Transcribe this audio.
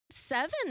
seven